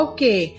Okay